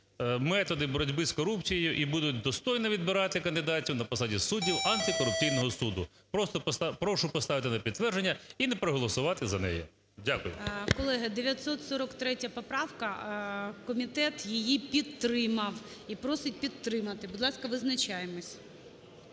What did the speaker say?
методі боротьби з корупцією і будуть достойно відбирати кандидатів на посади суддів антикорупційний суд. Прошу поставити на підтвердження і не проголосувати за неї. Дякую. ГОЛОВУЮЧИЙ. Колеги, 943 поправка. Комітет її підтримав і просить підтримати. Будь ласка, визначаймось.